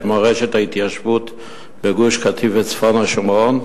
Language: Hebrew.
מורשת ההתיישבות בגוש-קטיף וצפון השומרון,